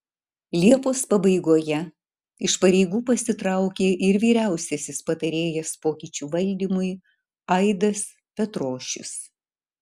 liepos pabaigoje iš pareigų pasitraukė ir vyriausiasis patarėjas pokyčių valdymui aidas petrošius